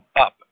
up